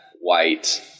white